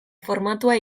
formatua